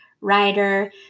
writer